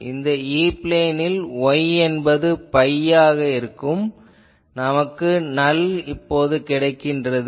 இந்த E பிளேனில் y என்பது பை என்பதாக இருக்கும் போது நமக்கு நல் கிடைக்கின்றது